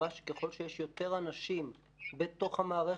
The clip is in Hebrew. הראה שככל שיש יותר אנשים בתוך המערכת,